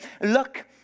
look